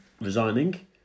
resigning